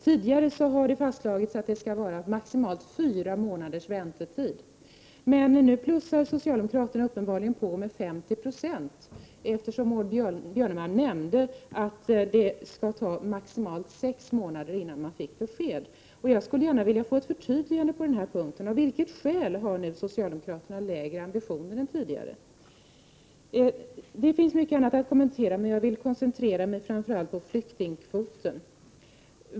Tidigare har fastslagits att det maximalt skall vara fyra månaders väntetid. Men nu plussar socialdemokraterna uppenbarligen på med 50 90, eftersom Maud Björnemalm nämnde att det skall ta maximalt sex månader innan den sökande får besked. Jag skulle gärna vilja få ett förtydligande på den här punkten. Av vilket skäl har socialdemokraterna nu lägre ambitioner än tidigare? Det finns mycket annat att kommentera, men jag vill koncentrera mig framför allt på flyktingkvoten.